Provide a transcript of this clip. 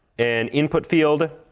an input field